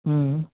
હમ્મ